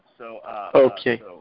Okay